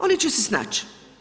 Oni će se snaći.